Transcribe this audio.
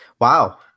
wow